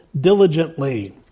diligently